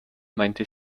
meinte